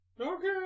Okay